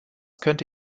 könnte